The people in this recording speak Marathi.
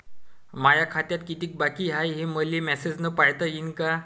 माया खात्यात कितीक बाकी हाय, हे मले मेसेजन पायता येईन का?